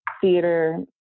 theater